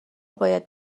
باید